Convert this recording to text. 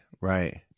right